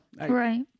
Right